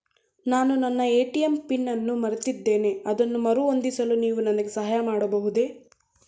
ನಾನು ನನ್ನ ATM PIN ಅನ್ನು ಮರೆತಿದ್ದೇನೆ ಅದನ್ನು ಮರುಹೊಂದಿಸಲು ನೀವು ನನಗೆ ಸಹಾಯ ಮಾಡಬಹುದೇ?